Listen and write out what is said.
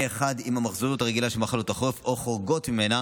אחד עם המחזוריות הרגילה של מחלות החורף או חורגות ממנה.